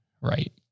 right